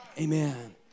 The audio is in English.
Amen